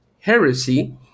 heresy